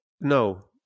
No